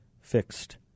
fixed